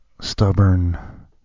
stubborn